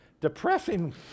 depressing